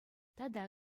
тата